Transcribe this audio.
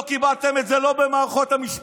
לא קיבלתם את זה, לא במערכות המשפט,